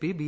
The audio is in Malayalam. P B